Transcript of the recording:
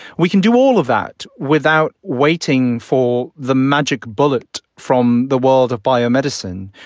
we can do all of that without waiting for the magic bullet from the world of biomedicine.